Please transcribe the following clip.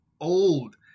old